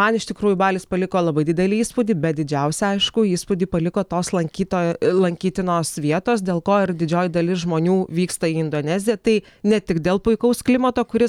man iš tikrųjų balis paliko labai didelį įspūdį bet didžiausią aišku įspūdį paliko tos lankytoj lankytinos vietos dėl ko ir didžioji dalis žmonių vyksta į indoneziją tai ne tik dėl puikaus klimato kuris